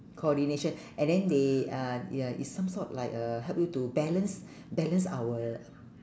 coordination and then they uh ya is some sort like uh help you to balance balance our